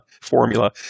formula